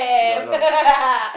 ya lah